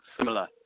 similar